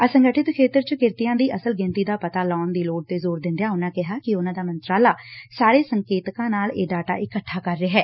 ਅਸੰਗਠਿਤ ਖੇਤਰ ਚ ਕਿਰਤੀਆਂ ਦੀ ਅਸਲ ਗਿਣਤੀ ਦਾ ਪਤਾ ਲਾਉਣ ਦੀ ਲੋੜ ਤੇ ਜ਼ੋਰ ਦਿਂਦਿਆਂ ਉਨਾਂ ਕਿਹਾ ਕਿ ਉਨਾਂ ਦਾ ਮੰਤਰਾਲਾ ਸਾਰੇ ਸੰਕੇਤਕਾਂ ਨਾਲ ਇਹ ਡਾਟਾ ਇਕੱਠਾ ਕਰ ਰਿਹੈ